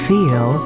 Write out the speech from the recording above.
Feel